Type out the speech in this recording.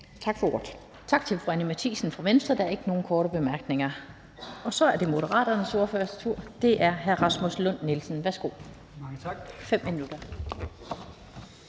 Tak for ordet.